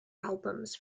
albums